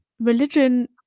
religion